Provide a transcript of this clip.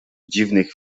dziwnych